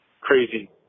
crazy